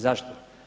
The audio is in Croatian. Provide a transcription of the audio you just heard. Zašto?